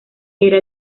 era